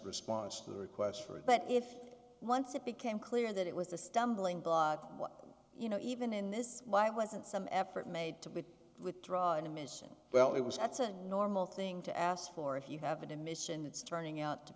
response to the request for it but if once it became clear that it was a stumbling block well you know even in this why wasn't some effort made to be withdrawn the mission well it was that's a normal thing to ask for if you have an admission it's turning out to